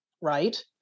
right